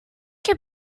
què